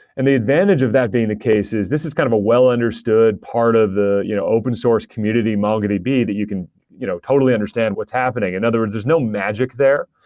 and the advantage of that being the case is this is kind of a well-understood part of the you know open source community mongodb that you can you know totally understand what's happening. in other words, there's no magic there.